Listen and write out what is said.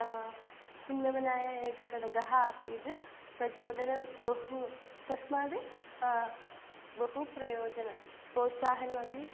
हुन्नमनाय एक घटः आसीत् प्रचोदनं बहु तस्मात् बहु प्रयोजनं प्रोत्साहनमपि